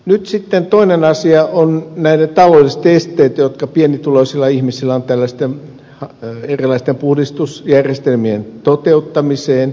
nyt sitten toinen asia ovat nämä taloudelliset esteet joita pienituloisilla ihmisillä on tällaisten erilaisten puhdistusjärjestelmien toteuttamiseen